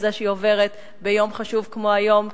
בזה שהיא עוברת ביום חשוב כמו היום,